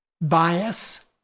bias